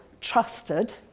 trusted